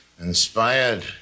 inspired